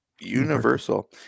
Universal